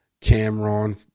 Cameron